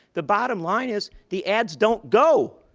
the bottom line is the ads don't go.